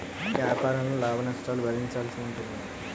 వ్యాపారంలో లాభనష్టాలను భరించాల్సి ఉంటుంది